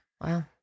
Wow